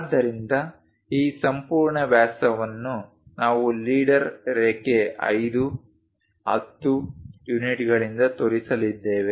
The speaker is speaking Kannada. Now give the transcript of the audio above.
ಆದ್ದರಿಂದ ಈ ಸಂಪೂರ್ಣ ವ್ಯಾಸವನ್ನು ನಾವು ಲೀಡರ್ ರೇಖೆ 510 ಯೂನಿಟ್ಗಳಿಂದ ತೋರಿಸಲಿದ್ದೇವೆ